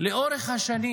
לאורך השנים